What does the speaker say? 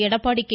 Edappadi K